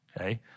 Okay